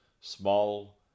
small